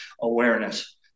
awareness